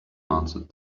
answered